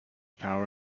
power